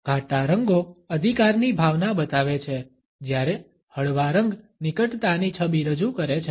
ઘાટા રંગો અધિકારની ભાવના બતાવે છે જ્યારે હળવા રંગ નિકટતાની છબી રજૂ કરે છે